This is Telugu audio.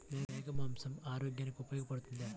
మేక మాంసం ఆరోగ్యానికి ఉపయోగపడుతుందా?